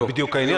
זה בדיוק העניין.